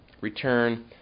return